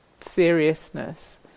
seriousness